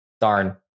Darn